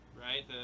right